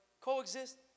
Coexist